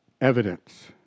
Evidence